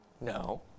No